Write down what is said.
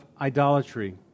idolatry